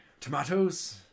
Tomatoes